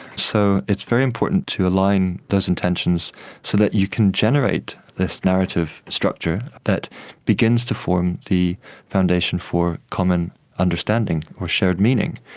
so it's very important to align those intentions so that you can generate this narrative structure that begins to form the foundation for common understanding or shared meaning.